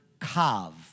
kav